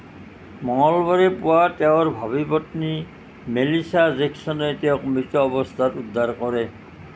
মঙলবাৰে পুৱা তেওঁৰ ভাবী পত্নী মেলিছা জেকচনে তেওঁক মৃত অৱস্থাত উদ্ধাৰ কৰে